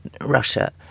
Russia